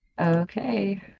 Okay